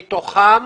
מתוכם